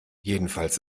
jedenfalls